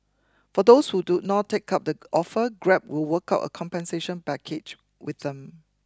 for those who do not take up the offer Grab will work out a compensation package with them